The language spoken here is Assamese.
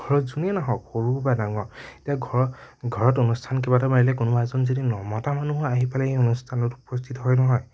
ঘৰত যোনেই নাহক সৰু বা ডাঙৰ এতিয়া ঘৰত ঘৰত অনুস্থান কিবা এটা পাতিলে কোনোবা এজন যদি নমতা মানুহো আহি পেলাই সেই অনুষ্ঠানত উপস্থিত হয় নহয়